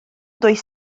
does